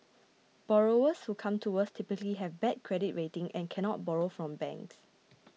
borrowers who come to us typically have bad credit rating and cannot borrow from banks